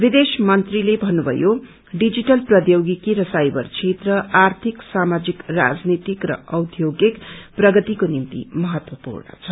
विदेश मन्त्रीले भन्नुषयो डिजिटल प्रीयोगिकी र साइवर क्षेत्र आर्थिक सामाजिक राजनैतिक र औद्योगिक प्रगतिको निम्ति महत्वपूर्ण छ